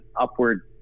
upward